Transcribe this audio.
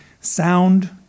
sound